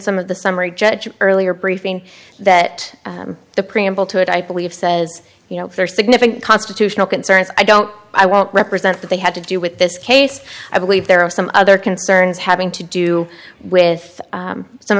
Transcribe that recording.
some of the summary judges earlier briefing that the preamble to it i believe says you know there are significant constitutional concerns i don't i won't represent that they had to do with this case i believe there are some other concerns having to do with some